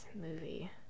movie